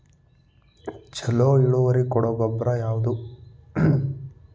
ಛಲೋ ಇಳುವರಿ ಕೊಡೊ ಗೊಬ್ಬರ ಯಾವ್ದ್?